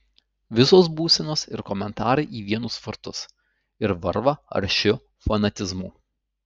visos būsenos ir komentarai į vienus vartus ir varva aršiu fanatizmu